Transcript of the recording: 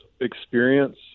experience